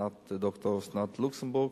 ד"ר אסנת לוקסנבורג,